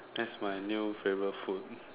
that's my new favorite food